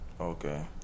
Okay